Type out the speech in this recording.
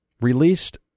released